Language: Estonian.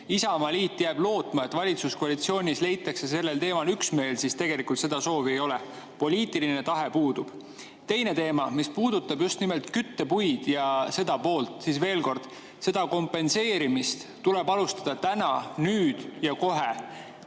Isamaaliit jääb lootma, et valitsuskoalitsioonis leitakse sellel teemal üksmeel, siis tegelikult seda soovi ei ole. Poliitiline tahe puudub. Teine teema, mis puudutab just nimelt küttepuid, veel kord: seda kompenseerimist tuleb alustada täna, nüüd ja kohe.